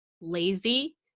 lazy